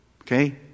Okay